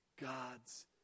God's